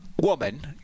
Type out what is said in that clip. woman